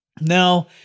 Now